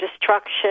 destruction